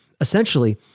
Essentially